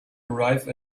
arrive